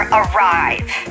arrive